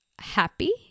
happy